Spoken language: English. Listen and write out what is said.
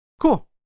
Cool